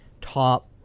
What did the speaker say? top